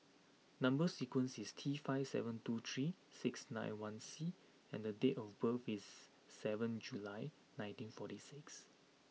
number sequence is T five seven two three six nine one C and the date of birth is seventh July nineteen forty six